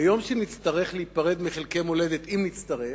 ביום שנצטרך להיפרד מחלקי מולדת, אם נצטרך,